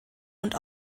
und